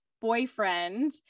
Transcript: boyfriend